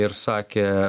ir sakė